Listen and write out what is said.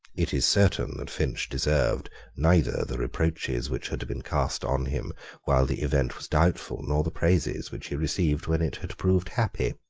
it is certain that finch deserved neither the reproaches which had been cast on him while the event was doubtful, nor the praises which he received when it had proved happy.